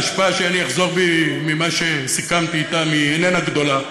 ההשפעה של הסיכוי שאני אחזור בי ממה שסיכמתי איתם איננה גדולה.